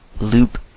loop